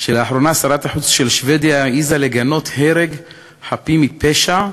שלאחרונה שרת החוץ של שבדיה העזה לגנות הרג חפים מפשע,